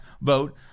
vote